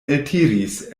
eltiris